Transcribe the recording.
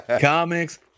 Comics